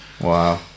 Wow